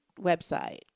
website